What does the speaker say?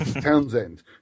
Townsend